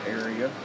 area